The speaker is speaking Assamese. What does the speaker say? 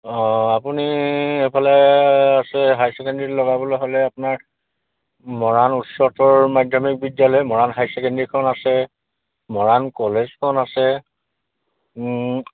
অঁ আপুনি এইফালে আছে হাই ছেকেণ্ডেৰীত লগাবলৈ হ'লে আপোনাৰ মৰাণ উচ্চতৰ মাধ্যমিক বিদ্যালয় মৰাণ হাই ছেকেণ্ডেৰীখন আছে মৰাণ কলেজখন আছে